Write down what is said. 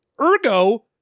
Ergo